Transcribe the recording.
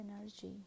energy